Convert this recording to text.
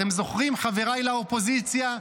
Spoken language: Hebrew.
אתם זוכרים, חבריי באופוזיציה?